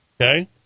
okay